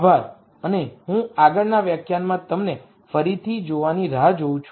આભાર અને હું આગળના વ્યાખ્યાનમાં તમને ફરીથી જોવાની રાહ જોઉ છું